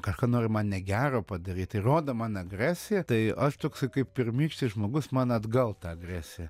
kažką nori man negero padaryt ir rodo man agresiją tai aš toksai kaip pirmykštis žmogus man atgal ta agresija